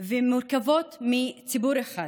או מורכבות מציבור אחד.